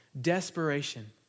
Desperation